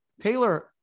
Taylor